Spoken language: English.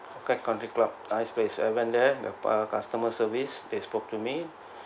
orchid country club I space I went there the customer service they spoke to me